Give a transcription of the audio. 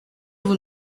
vous